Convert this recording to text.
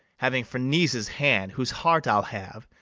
having ferneze's hand whose heart i'll have,